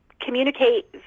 communicate